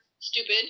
stupid